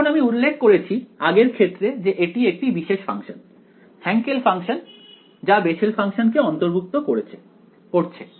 এখন আমি উল্লেখ করেছি আগের ক্ষেত্রে যে এটি একটি বিশেষ ফাংশন হ্যান্কেল ফাংশন যা বেসেল ফাংশন কে অন্তর্ভুক্ত করছে